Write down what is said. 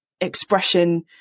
expression